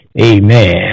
Amen